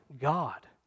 God